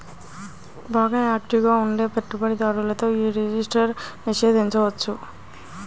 బాగా యాక్టివ్ గా ఉండే పెట్టుబడిదారులతో యీ రిజిస్టర్డ్ షేర్లను నిషేధించొచ్చు